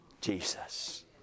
Jesus